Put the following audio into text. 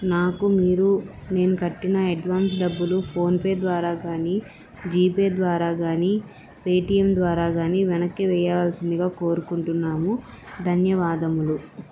నాకు మీరు నేను కట్టిన అడ్వాన్స్ డబ్బులు ఫోన్పే ద్వారా కానీ జీ పే ద్వారా కానీ పేటీఎం ద్వారా కానీ వెనక్కి వెేయవల్సిందిగా కోరుకుంటున్నాము ధన్యవాదములు